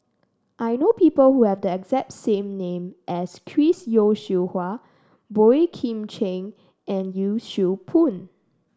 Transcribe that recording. I know people who have the exact same name as Chris Yeo Siew Hua Boey Kim Cheng and Yee Siew Pun